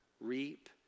reap